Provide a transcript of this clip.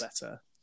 better